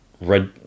Red